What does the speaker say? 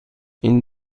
این